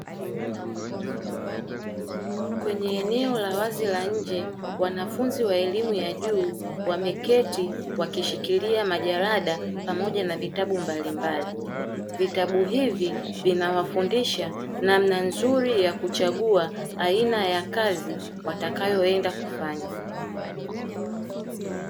Kwenye eneo la wazi la nje wanafunzi wa elimu ya juu wameketi wakishikilia majalada pamoja na vitabu mbalimbali, vitabu hivi vinawafundisha namna nzuri ya kuchagua aina ya kazi watakayoenda kufanya.